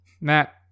Matt